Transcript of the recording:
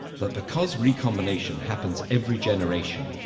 but because recombination happens every generation,